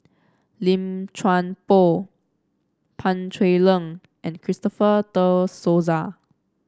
Lim Chuan Poh Pan Cheng Lui and Christopher De Souza